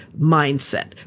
mindset